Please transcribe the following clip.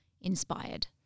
inspired